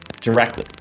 directly